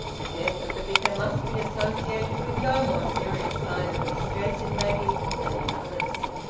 the death of the vicar must be associated with no more serious sign of distress in maggie than in others.